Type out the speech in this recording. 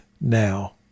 now